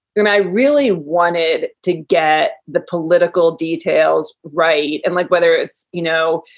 and i really wanted to get the political details right. and like, whether it's, you know,